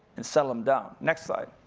and settle him down, next slide.